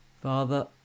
father